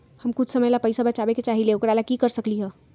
हम कुछ समय ला पैसा बचाबे के चाहईले ओकरा ला की कर सकली ह?